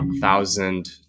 thousand